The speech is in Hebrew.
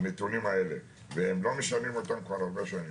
והם לא משנים את הנתונים האלה כבר הרבה שנים.